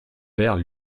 verts